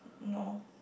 no